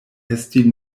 esti